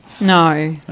no